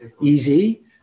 easy